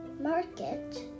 Market